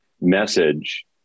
message